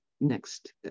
next